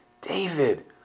David